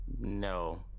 no